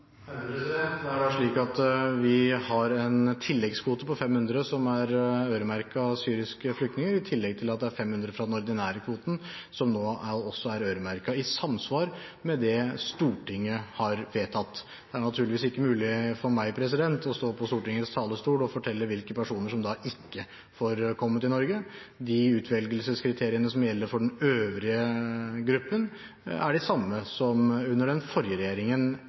Vi har en tilleggskvote på 500, som er øremerket syriske flyktninger, i tillegg til at det er 500 fra den ordinære kvoten som nå også er øremerket i samsvar med det Stortinget har vedtatt. Det er naturligvis ikke mulig for meg å stå på Stortingets talerstol og fortelle hvilke personer som ikke får komme til Norge. Utvelgelseskriteriene som gjelder for den øvrige gruppen, er enda de samme som under den forrige regjeringen